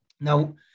Now